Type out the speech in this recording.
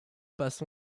passe